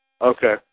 Okay